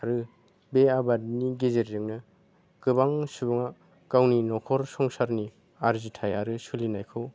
आरो बे आबादनि गेजेरजोंनो गोबां सुबुङा गावनि न'खर संसारनि आर्जिथाय आरो सोलिनायखौ